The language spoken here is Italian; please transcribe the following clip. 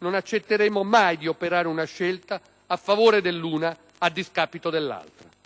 non accetteremo mai di operare una scelta a favore dell'una e a discapito dall'altra.